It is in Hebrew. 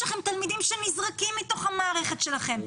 יש לכם תלמידים שנזרקים מתוך המערכת שלכם,